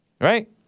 right